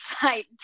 site